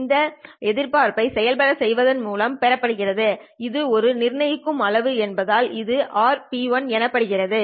இது இந்த எதிர்பார்ப்பை செயல்பட செய்வதன் மூலம் பெறப்படுகிறது இது ஒரு நிர்ணயிக்கும் அளவு என்பதால் இது R1P1r எனப்படுகிறது